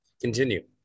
Continue